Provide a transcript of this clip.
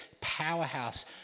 powerhouse